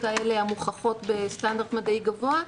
האלה שמוכחות בסטנדרט מדעי גבוה,